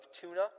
tuna